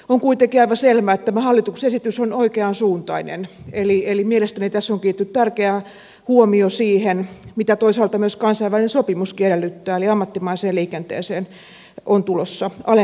on kuitenkin aivan selvää että tämä hallituksen esitys on oikeansuuntainen eli mielestäni tässä on kiinnitetty tärkeä huomio siihen mitä toisaalta kansainvälinen sopimuskin edellyttää eli ammattimaiseen liikenteeseen on tulossa alempi promilleraja